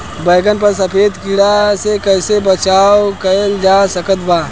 बैगन पर सफेद कीड़ा से कैसे बचाव कैल जा सकत बा?